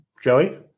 Joey